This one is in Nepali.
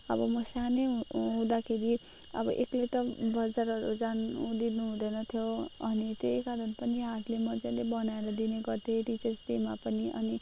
अब म सानै हुँदाखेरि अब एक्लै त बजारहरू जानु दिनु हुँदैनथ्यो अनि त्यही कारण पनि हातले मज्जाले बनाएर दिने गर्थेँ टिचर्स डेमा पनि अनि